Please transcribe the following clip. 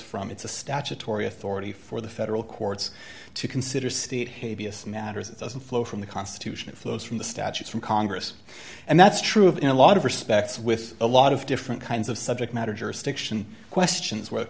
from it's a statutory authority for the federal courts to consider state hey b s matters it doesn't flow from the constitution it flows from the statutes from congress and that's true of in a lot of respects with a lot of different kinds of subject matter jurisdiction questions w